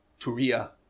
Turia